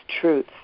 truth